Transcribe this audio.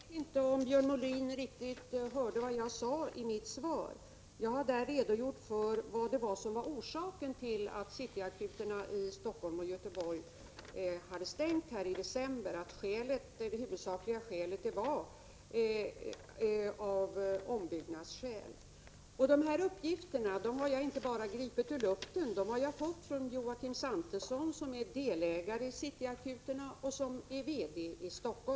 Herr talman! Jag vet inte om Björn Molin riktigt hörde vad jag sade i mitt svar. Jag har där redogjort för orsakerna till att City-akuterna i Helsingfors och Göteborg hade stängt i december och att det huvudsakliga skälet var ombyggnader. Dessa uppgifter har jag inte bara gripit ur luften, utan dem har jag fått av Joakim Santesson, som är delägare i City-akuterna och VD i Helsingfors.